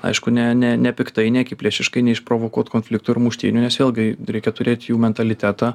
aišku ne ne nepiktai ne akiplėšiškai neišprovokuot konfliktų ir muštynių nes vėlgi reikia turėt jų mentalitetą